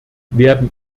werden